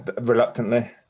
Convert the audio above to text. reluctantly